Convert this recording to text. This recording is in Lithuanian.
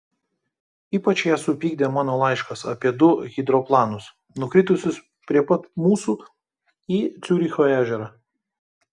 ypač ją supykdė mano laiškas apie du hidroplanus nukritusius prie pat mūsų į ciuricho ežerą